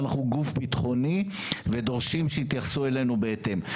ואנחנו גוף ביטחוני ולכן דורשים שיתייחסו אלינו בהתאם.